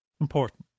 Important